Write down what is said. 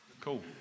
cool